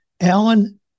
Alan